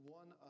one